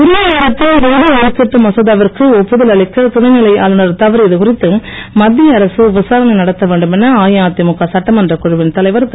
உரிய நேரத்தில் நிதி ஒதுக்கீட்டு மசோதாவிற்கு ஒப்புதல் அளிக்க துணைநிலை ஆளுநர் தவறியது குறித்து மத்திய அரசு விசாரணை நடத்த வேண்டும் என அஇஅதிமுக சட்டமன்றக் குழவின் தலைவர் திரு